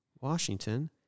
Washington